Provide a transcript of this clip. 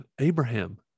Abraham